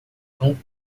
cão